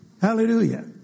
Hallelujah